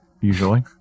usually